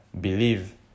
believe